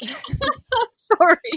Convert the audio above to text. sorry